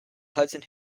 hudson